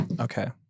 Okay